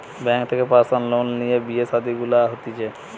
bank থেকে personal loan লিয়ে বিয়ে শাদী গুলা হতিছে